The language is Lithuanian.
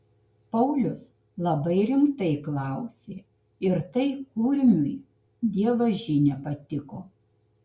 paulius labai rimtai klausė ir tai kurmiui dievaži nepatiko